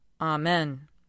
Amen